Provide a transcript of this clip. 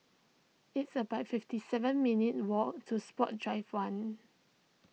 it's about fifty seven minutes' walk to Sports Drive one